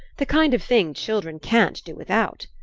the kind of thing children can't do without.